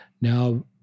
now